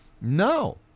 no